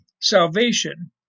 salvation